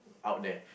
out there